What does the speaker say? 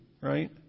right